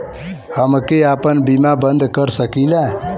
हमके आपन बीमा बन्द कर सकीला?